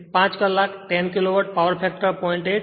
તેથી 5 કલાક 10 kilowatt power factor 0